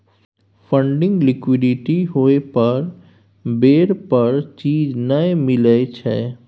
funding liquidity होइ पर बेर पर चीज नइ मिलइ छइ